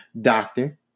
doctor